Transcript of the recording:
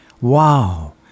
wow